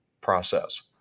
process